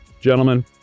Gentlemen